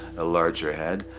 a larger head.